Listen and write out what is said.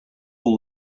all